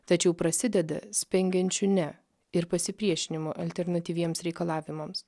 tačiau prasideda spengiančiu ne ir pasipriešinimu alternatyviems reikalavimams